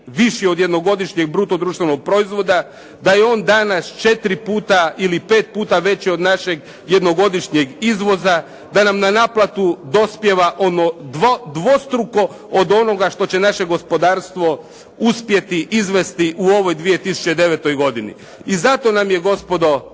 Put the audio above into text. viši od jednogodišnjeg bruto društvenog proizvoda, da je on danas 4 puta ili 5 puta veći od našeg jednogodišnjeg izvoza, da nam na naplatu dospijeva ono dvostruko od onog što će naše gospodarstvo uspjeti izvesti u ovoj 2009. godini. I zato nam je gospodo